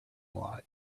lot